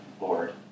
Lord